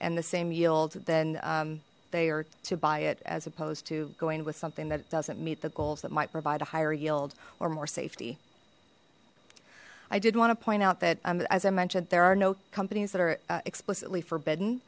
and the same yield then they are to buy it as opposed to going with something that doesn't meet the goals that might provide a higher yield or more safety i did want to point out that as i mentioned there are no companies that are explicitly forbidden